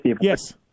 Yes